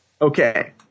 Okay